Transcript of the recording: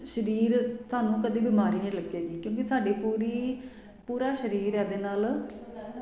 ਸਰੀਰ ਤੁਹਾਨੂੰ ਕਦੇ ਬਿਮਾਰੀ ਨਹੀਂ ਲੱਗੇਗੀ ਕਿਉਂਕਿ ਸਾਡੀ ਪੂਰੀ ਪੂਰਾ ਸਰੀਰ ਇਹਦੇ ਨਾਲ